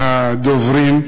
הדוברים,